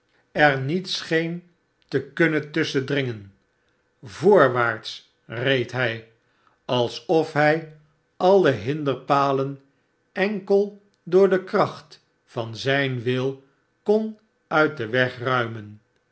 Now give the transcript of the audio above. er hugh vooraan niet scheen te kunnen tusschen dringen voorwaarts reed hij alsof hij alle hinderpalen enkel door de kracht van zijn wil kon uit den weg ruimen